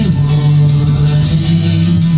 morning